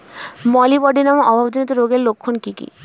Molybdenum অভাবজনিত রোগের লক্ষণ কি কি?